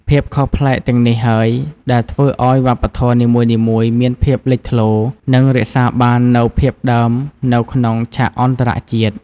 ភាពខុសប្លែកទាំងនេះហើយដែលធ្វើឲ្យវប្បធម៌នីមួយៗមានភាពលេចធ្លោ និងរក្សាបាននូវភាពដើមនៅក្នុងឆាកអន្តរជាតិ។